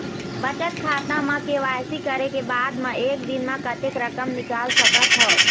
बचत खाता म के.वाई.सी करे के बाद म एक दिन म कतेक रकम निकाल सकत हव?